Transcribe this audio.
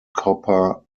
copper